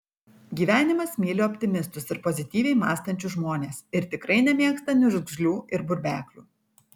gyvenimas myli optimistus ir pozityviai mąstančius žmones ir tikrai nemėgsta niurgzlių ir burbeklių